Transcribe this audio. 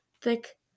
thick